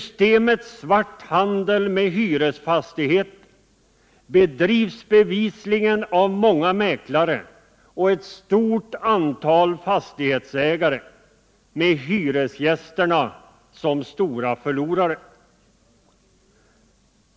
Svart handel med hyresfastigheter bedrivs bevisligen av många mäklare och ett stort antal fastighetsägare — med hyresgästerna som stora förlorare.